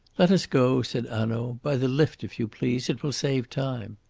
let us go, said hanaud. by the lift, if you please it will save time.